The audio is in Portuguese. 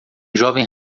jovem